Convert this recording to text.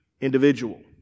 individual